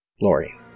Lori